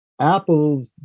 Apple